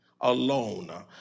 alone